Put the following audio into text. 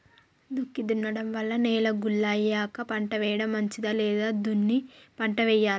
దుక్కి దున్నడం వల్ల నేల గుల్ల అయ్యాక పంట వేయడం మంచిదా లేదా దున్ని పంట వెయ్యాలా?